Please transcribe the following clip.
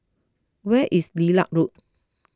where is Lilac Road